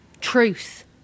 Truth